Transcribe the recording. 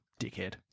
Dickhead